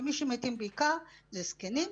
ומי שמתים בעיקר הם הזקנים.